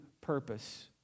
purpose